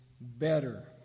better